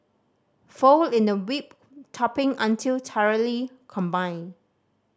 fold in the whipped topping until thoroughly combined